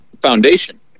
foundation